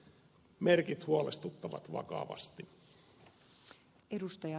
merkit huolestuttavat vakavasti